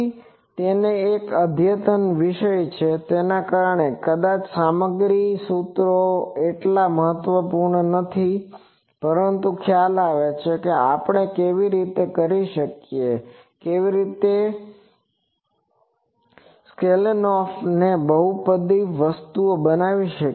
તે સાથે આ એક અદ્યતન વિષય છે તેથી કદાચ સામગ્રી વગેરે સૂત્રો વગેરે એટલા મહત્વપૂર્ણ નથી પરંતુ ખ્યાલ આવે છે કે આપણે તે કેવી રીતે કરી શકીએ કેવી રીતે સ્કેલકનોફે તે બહુપદી વસ્તુ બનાવી